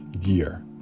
year